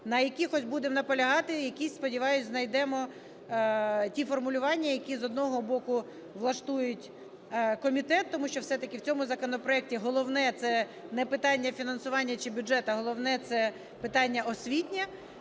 На якихось будемо наполягати, якісь, сподіваюся, знайдемо ті формулювання, які, з одного боку влаштують комітет, тому що все-таки в цьому законопроекті головне – це не питання фінансування чи бюджет, а головне - це питання освітнє,